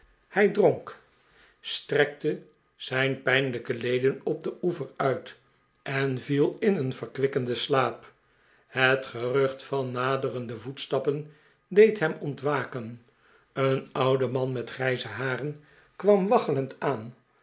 hij dronk strekte zijn pijnlijke leden op den oever uit en viel in een verkwikkenden slaap het gerucht van naderende voetstappen deed hem ontwaken een oude man met grijze haren kwam waggelend aan